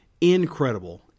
incredible